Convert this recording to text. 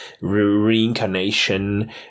reincarnation